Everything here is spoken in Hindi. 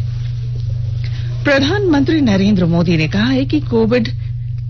मन की बात प्रधानमंत्री नरेन्द्र मोदी ने कहा है कि कोविड